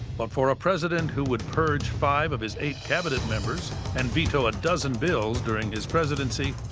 but for a president who would purge five of his eight cabinet members and veto a dozen bills during his presidency,